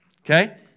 Okay